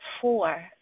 four